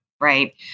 right